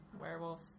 werewolf